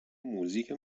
موزیک